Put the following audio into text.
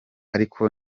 ariko